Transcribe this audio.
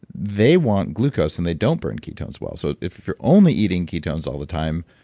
they want glucose and they don't burn ketones well. so if if you're only eating ketones all the time,